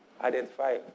identify